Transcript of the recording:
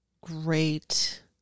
great